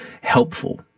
helpful